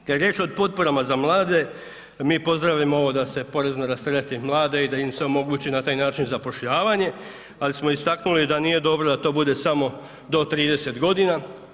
Kad je riječ o potporama za mlade, mi pozdravljamo ovo da se porezno rastereti mlade i da im se omogući na taj način zapošljavanje, ali smo istaknuli da nije dobro da to bude samo do 30 godina.